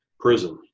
prison